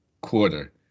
quarter